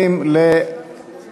כל אלה שמנותקים מהעם.